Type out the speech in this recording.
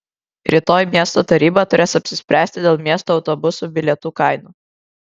rytoj miesto taryba turės apsispręsti dėl miesto autobusų bilietų kainų